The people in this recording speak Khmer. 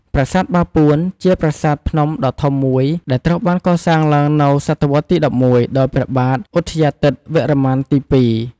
ប្រាសាទបាពួន ជាប្រាសាទភ្នំដ៏ធំមួយដែលត្រូវបានកសាងឡើងនៅសតវត្សរ៍ទី ១១ ដោយព្រះបាទឧទ័យាទិត្យវរ្ម័នទី ២។